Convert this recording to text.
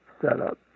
setup